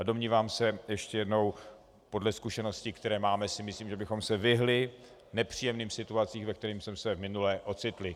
Domnívám se ještě jednou podle zkušeností, které máme, že bychom se vyhnuli nepříjemným situacím, ve kterých jsme se minule ocitli.